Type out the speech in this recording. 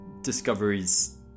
discoveries